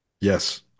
Yes